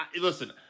Listen